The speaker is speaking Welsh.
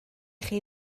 chi